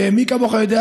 ומי כמוך יודע,